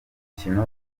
umukino